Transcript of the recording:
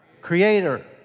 Creator